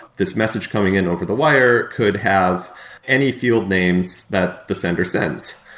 this message coming in over the wire could have any field names that the sender sends.